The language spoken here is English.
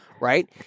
right